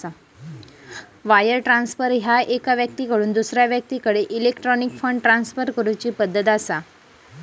wire transfer ह्या एका व्यक्तीकडसून दुसरा व्यक्तीकडे इलेक्ट्रॉनिक फंड ट्रान्सफर करूची पद्धत असा